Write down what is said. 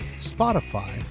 Spotify